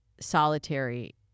solitary